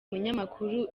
umunyamakuru